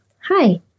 Hi